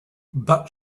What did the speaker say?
but